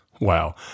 Wow